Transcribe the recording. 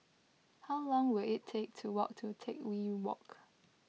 how long will it take to walk to Teck Whye Walk